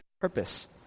purpose